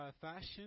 fashion